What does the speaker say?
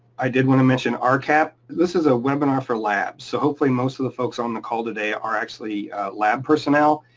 i did wanna mention ah rcap. this is a webinar for lab, so hopefully most of the folks on the call today are actually lab personnel,